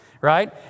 right